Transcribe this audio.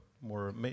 more